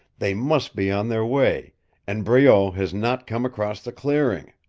they must be on their way and breault has not come across the clearing!